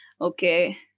okay